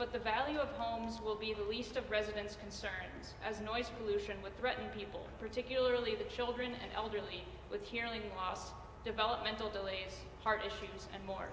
but the value of homes will be the least of residence concerns as noise pollution would threaten people particularly the children and elderly with hearing loss developmental delays partitions and more